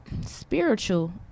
Spiritual